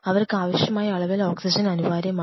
അവർക്ക് ആവശ്യമായ അളവിൽ ഓക്സിജൻ അനിവാര്യമാണ്